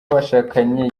bashakanye